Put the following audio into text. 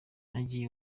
nagiye